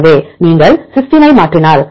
எனவே நீங்கள் சிஸ்டைனை மாற்றினால்